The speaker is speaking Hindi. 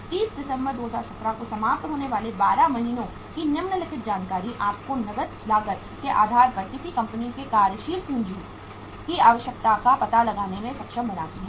31 दिसंबर 2017 को समाप्त होने वाले 12 महीनों की निम्नलिखित जानकारी आपको नकद लागत के आधार पर किसी कंपनी की कार्यशील पूंजी की आवश्यकता का पता लगाने में सक्षम बनाती है